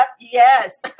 Yes